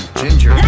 ginger